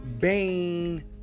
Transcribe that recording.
Bane